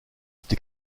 cette